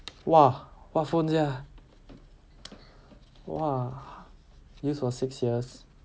!wah! what phone sia !wah! used for six years